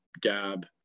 gab